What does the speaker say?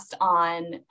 on